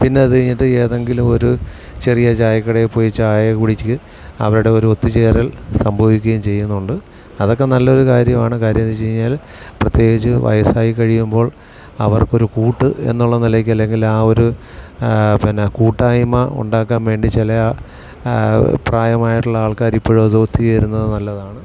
പിന്നെ അത് കഴിഞ്ഞിട്ട് ഏതെങ്കിലും ഒരു ചെറിയ ചായക്കടയിൽ പോയി ചായ കുടിച്ച് അവിടെ ഒരു ഒത്തുചേരൽ സംഭവിക്കുകയും ചെയ്യുന്നുണ്ട് അതൊക്കെ നല്ലൊരു കാര്യമാണ് കാര്യം എന്ന് വെച്ച് കഴിഞ്ഞാൽ പ്രത്യേകിച്ച് വയസ്സായി കഴിയുമ്പോൾ അവർക്കൊരു കൂട്ട് എന്നുള്ള നിലയ്ക്കലെങ്കിൽ ആ ഒരു പിന്നെ കൂട്ടായ്മ ഉണ്ടാക്കാൻ വേണ്ടി ചില പ്രായമായിട്ടുള്ള ആൾക്കാർ ഇപ്പോഴും അത് ഒത്തുചേരുന്നത് നല്ലതാണ്